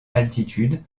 altitude